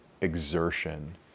exertion